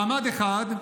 מעמד אחד,